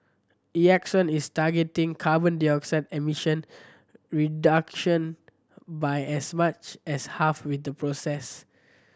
Exxon is targeting carbon dioxide emission reduction by as much as half with the process